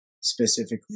specifically